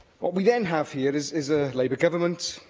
what we then have here is is a labour government